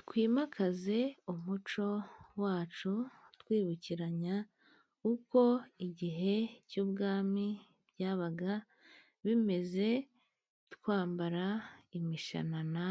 Twimakaze umuco wacu twibukiranya uko igihe cy'ubwami byabaga bimeze, twambara imishanana